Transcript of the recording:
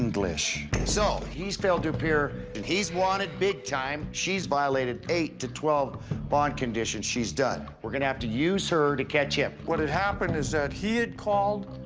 english. so he's failed to appear, and he's wanted big time. she's violated eight to twelve bond conditions. she's done. we're going to have to use her to catch him. what had happened is that he had called.